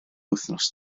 wythnos